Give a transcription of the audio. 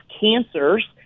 cancers